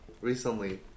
recently